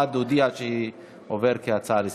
אחד הודיע שזה עובר כהצעה לסדר-היום.